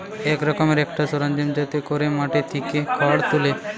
এক রকমের একটা সরঞ্জাম যাতে কোরে মাটি থিকে খড় তুলে